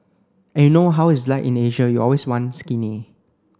and you know how it's like in Asia you always want skinny